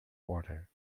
water